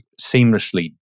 seamlessly